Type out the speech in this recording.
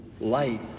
light